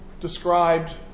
described